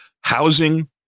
housing